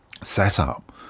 setup